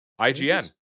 IGN